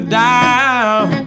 down